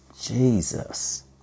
Jesus